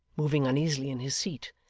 moving uneasily in his seat,